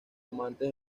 amantes